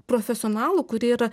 profesionalų kurie yra